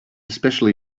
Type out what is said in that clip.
especially